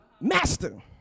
master